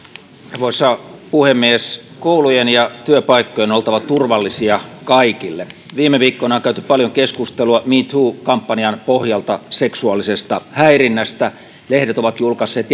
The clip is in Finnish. arvoisa puhemies koulujen ja työpaikkojen on oltava turvallisia kaikille viime viikkoina on käyty paljon keskustelua me too kampanjan pohjalta seksuaalisesta häirinnästä lehdet ovat julkaisseet